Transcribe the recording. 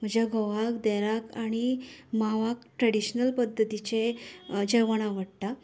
म्हज्या घोवाक देराक आनी मांवाक ट्रेडिशनल पध्दतीचे जेवण आवडटा